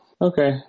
Okay